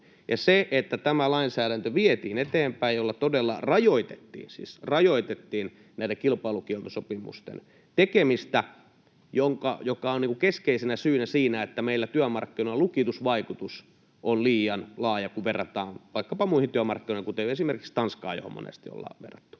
tuin. Tämä lainsäädäntö vietiin eteenpäin, jolla todella rajoitettiin — siis rajoitettiin — näiden kilpailukieltosopimusten tekemistä, joka on keskeisenä syynä siinä, että meillä työmarkkinoilla lukitusvaikutus on liian laaja, kun verrataan vaikkapa muihin työmarkkinoihin, kuten esimerkiksi Tanskaan, johon monesti ollaan verrattu.